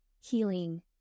healing